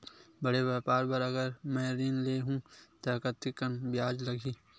बड़े व्यापार बर अगर मैं ऋण ले हू त कतेकन ब्याज लगही?